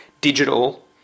digital